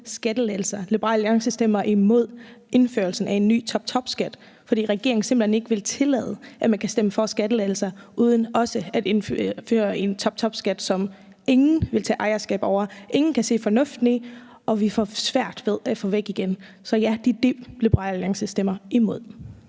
skattelettelser, Liberal Alliance stemmer imod indførelsen af en ny toptopskat, fordi regeringen simpelt hen ikke vil tillade, at man kan stemme for skattelettelser uden også at indføre en toptopskat, som ingen vil tage ejerskab over, som ingen kan se fornuften i, og som vi får svært ved at få væk igen. Så ja, det er det, Liberal Alliance stemmer imod.